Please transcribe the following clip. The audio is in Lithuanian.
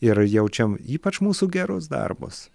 ir jaučia ypač mūsų gerus darbus